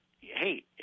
Hey